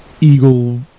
eagle